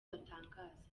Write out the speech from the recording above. batangaza